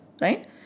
right